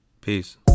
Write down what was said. Peace